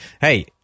hey